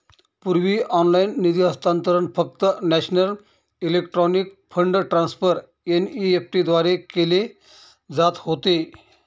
पूर्वी ऑनलाइन निधी हस्तांतरण फक्त national electronic fund transfer NEFT द्वारे केले जात होते